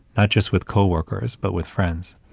not just with co-workers, but with friends.